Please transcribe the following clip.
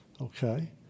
Okay